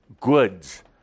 goods